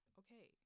okay